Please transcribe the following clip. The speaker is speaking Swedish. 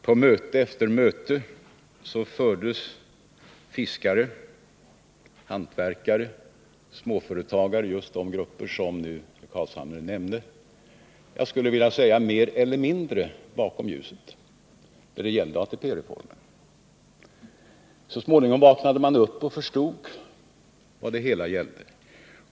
På möte efter möte fördes fiskare, hantverkare och småföretagare — just de grupper som nu herr Carlshamre nämnde — mer eller mindre bakom ljuset när det gällde ATP-reformen. Så småningom vaknade man upp och förstod vad det hela gällde.